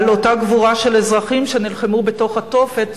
אותה גבורה של אזרחים שנלחמו בתוך התופת,